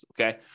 Okay